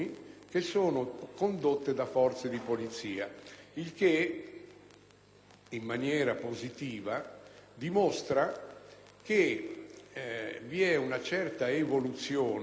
in maniera positiva dimostra che vi è una certa evoluzione verso la realizzazione del concetto fondamentale